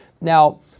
now